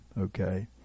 okay